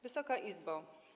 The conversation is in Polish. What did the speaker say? Wysoka Izbo!